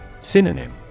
Synonym